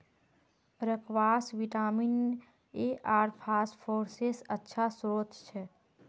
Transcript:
squash vitamin A आर फस्फोरसेर अच्छा श्रोत छ